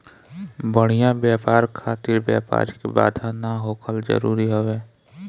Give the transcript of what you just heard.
बढ़िया व्यापार खातिर व्यापारिक बाधा ना होखल जरुरी हवे